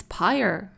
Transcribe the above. inspire –